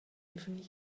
even